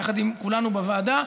יחד עם כולנו בוועדה,